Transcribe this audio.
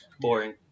Boring